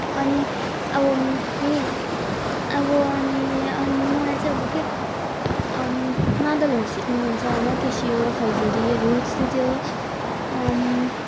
अनि अब म्युजिक अब नि अनि मलाई चाहिँ अब के मादलहरू सिक्नु मन छ होइन क्यासियो खैँजडीहरू त्यस्तो त्यो